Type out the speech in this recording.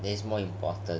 it is more important